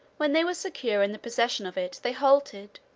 when they were secure in the possession of it, they halted.